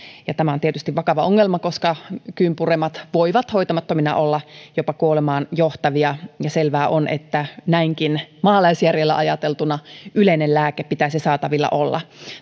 tämä on tietysti vakava ongelma koska kyyn puremat voivat hoitamattomina olla jopa kuolemaan johtavia ja selvää on että maalaisjärjellä ajateltuna näinkin yleisen lääkkeen pitäisi saatavilla olla